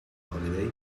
holiday